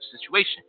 situation